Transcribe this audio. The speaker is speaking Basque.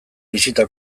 bisita